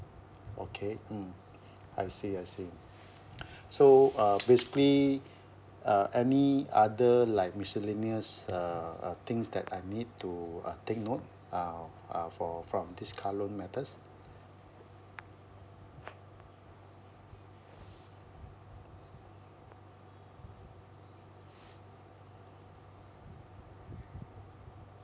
okay mm I see I see so uh basically uh any other like miscellaneous uh uh things that I need to uh take note uh uh for from this car loan matters